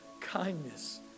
kindness